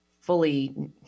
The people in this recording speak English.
fully